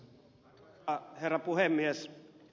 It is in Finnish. arvoisa herra puhemies